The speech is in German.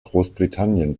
großbritannien